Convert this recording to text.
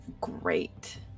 great